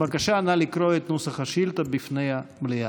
בבקשה, נא לקרוא את נוסח השאילתה בפני המליאה.